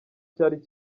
cyari